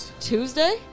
Tuesday